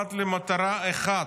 משועבד למטרה אחת,